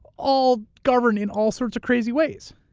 all governed in all sorts of crazy ways.